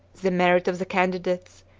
the merit of the candidates,